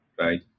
right